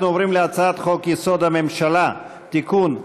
אנחנו עוברים להצעת חוק-יסוד: הממשלה (תיקון,